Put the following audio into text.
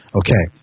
okay